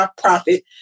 profit